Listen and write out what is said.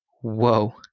whoa